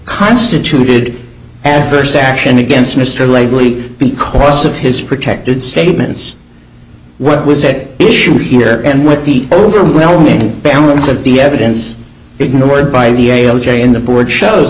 constituted adverse action against mr lately because of his protected statements what was that issue here and with the overwhelming balance of the evidence ignored by the a ok in the board shows